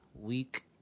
week